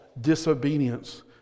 disobedience